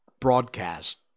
broadcast